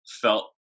felt